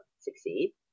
succeed